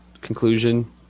conclusion